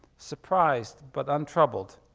suprised but untroubled,